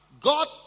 God